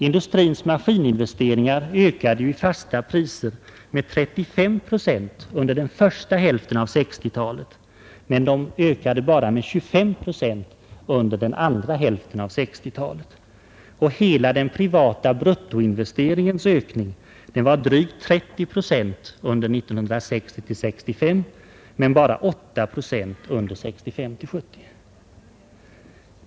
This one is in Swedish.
Industrins maskininvesteringar ökade i fasta priser med 35 procent under den första hälften av 1960-talet men bara med 25 procent under den andra hälften av 1960-talet. Och hela den privata bruttoinvesteringens ökning var drygt 30 procent under åren 1960—1965 men bara 8 procent under åren 1965-1970.